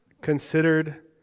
considered